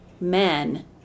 men